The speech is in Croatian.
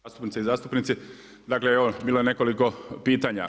Zastupnice i zastupnici, dakle evo bilo je nekoliko pitanja.